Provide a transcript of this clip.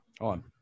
on